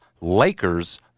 Lakers